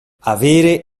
avere